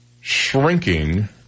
shrinking